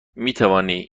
میتوانی